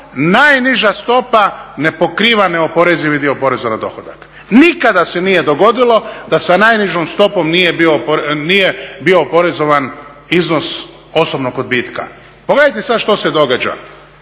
najniža stopa ne pokriva neoporezivi dio poreza na dohodak. Nikada se nije dogodilo da sa najnižom stopom nije bio oporezovan iznos osobnog odbitka. Pogledajte sada što se sada